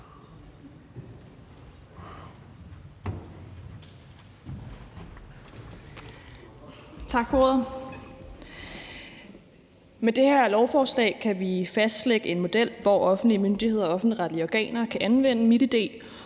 Tak for ordet. Med det her lovforslag kan vi fastlægge en model, hvor offentlige myndigheder og offentligretlige organer kan anvende MitID